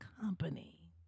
company